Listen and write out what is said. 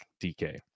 DK